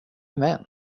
män